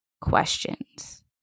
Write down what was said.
questions